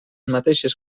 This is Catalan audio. mateixes